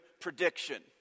prediction